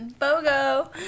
BOGO